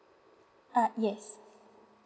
uh yes